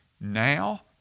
now